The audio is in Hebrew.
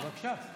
אז בבקשה.